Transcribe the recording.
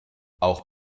auch